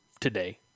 today